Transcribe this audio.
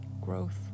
Growth